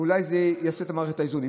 ואולי זה ייצור את מערכת האיזונים.